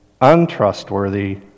untrustworthy